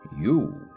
You